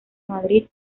madrid